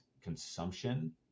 consumption